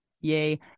Yay